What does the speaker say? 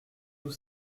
tout